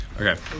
Okay